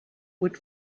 would